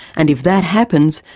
and if that happens,